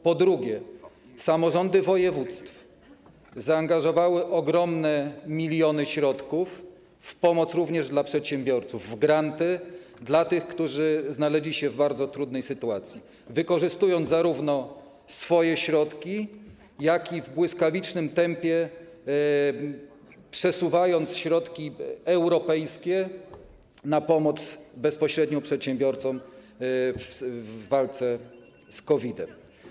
Po drugie, samorządy województw zaangażowały ogromne środki, miliony w pomoc również dla przedsiębiorców, w granty dla tych, którzy znaleźli się w bardzo trudnej sytuacji, zarówno wykorzystując swoje środki, jak i w błyskawicznym tempie przesuwając środki europejskie na pomoc bezpośrednio przedsiębiorcom w walce z COVID-em.